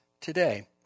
today